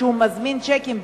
כשהוא מזמין שיקים,